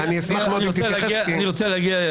אני אשמח מאוד אם תתייחס -- אני רוצה להגיע,